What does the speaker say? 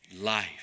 life